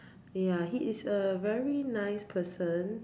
ya he is a very nice person